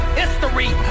history